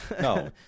No